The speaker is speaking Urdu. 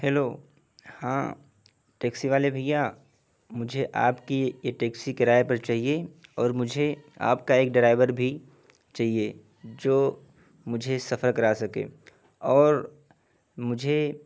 ہیلو ہاں ٹیکسی والے بھیا مجھے آپ کی یہ ٹیکسی کرائے پر چاہیے اور مجھے آپ کا ایک ڈرائیور بھی چاہیے جو مجھے سفر کرا سکے اور مجھے